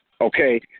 Okay